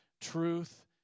truth